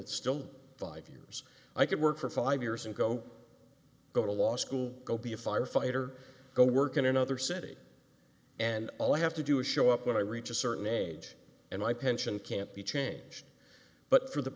still five years i could work for five years and go go to law school go be a firefighter go work in another city and all i have to do is show up when i reach a certain age and my pension can't be changed but for the